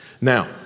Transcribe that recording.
Now